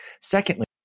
Secondly